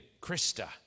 Krista